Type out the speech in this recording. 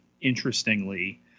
interestingly